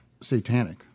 satanic